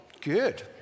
Good